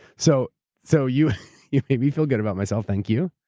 so so you you made me feel good about myself. thank you.